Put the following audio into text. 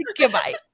goodbye